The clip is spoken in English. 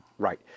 Right